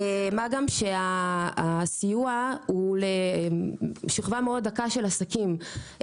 מה גם שהסיוע הוא לשכבה מאוד דקה לעסקים.